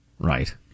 Right